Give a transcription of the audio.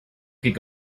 could